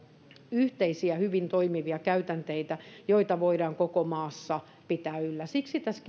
yhteisiä hyvin toimivia käytänteitä joita voidaan koko maassa pitää yllä siksi tässä